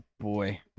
boy